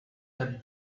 the